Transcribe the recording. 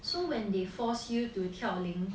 so when they force you to 跳龄